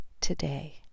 today